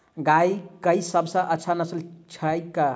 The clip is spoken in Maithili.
गाय केँ सबसँ अच्छा नस्ल केँ छैय?